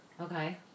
Okay